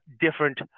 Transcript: different